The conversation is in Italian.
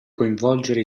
coinvolgere